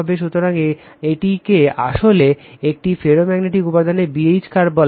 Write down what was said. সুতরাং এটিকে আসলে একটি ফেরোম্যাগনেটিক উপাদানের B H কার্ভ বলা হয়